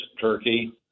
Turkey